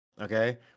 Okay